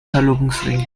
verlobungsring